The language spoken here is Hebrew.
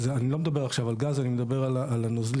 אני לא מדבר עכשיו על גז, אני מדבר על הנוזלים.